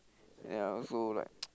ya also like